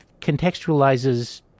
contextualizes